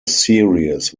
series